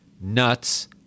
nuts